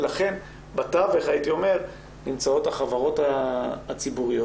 ולכן בתווך נמצאות החברות הציבוריות,